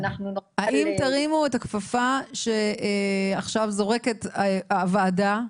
האם תרימו את הכפפה שעכשיו זורקת הוועדה,